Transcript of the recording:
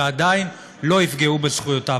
ועדיין לא יפגעו בזכויותיו.